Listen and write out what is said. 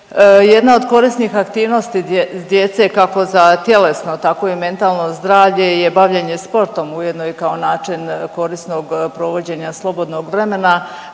Jedna od korisnih aktivnosti djece, kako za tjelesno, tako i mentalno zdravlje je bavljenje sportom ujedno i kao način korisnog provođenja slobodnog vremena,